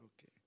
Okay